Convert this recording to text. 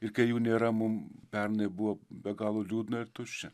ir kai jų nėra mum pernai buvo be galo liūdna ir tuščia